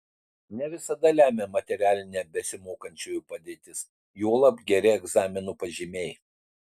ne visada lemia materialinė besimokančiųjų padėtis juolab geri egzaminų pažymiai